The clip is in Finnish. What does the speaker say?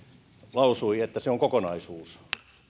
lausui että se on kokonaisuus